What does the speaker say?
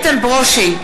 איתן ברושי,